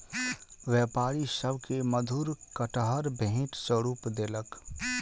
व्यापारी सभ के मधुर कटहर भेंट स्वरूप देलक